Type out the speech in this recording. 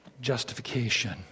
justification